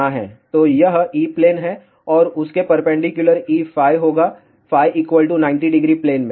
तो यह E plane है और उसके परपेंडिकुलर Eφ होगा φ 900 प्लेन में